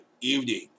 evening